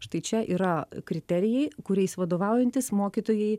štai čia yra kriterijai kuriais vadovaujantis mokytojai